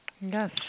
Yes